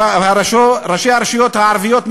ראשי הרשויות הערביות מתחייבים,